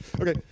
Okay